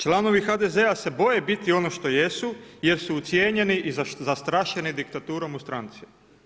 Članovi HDZ-a se boje biti ono što jesu jer su ucijenjeni i zastrašeni diktaturom u stranci.